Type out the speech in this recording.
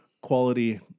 quality